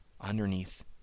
underneath